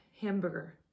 hamburger